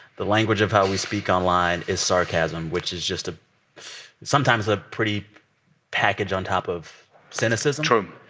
the language of how we speak online is sarcasm, which is just a sometimes a pretty package on top of cynicism. true.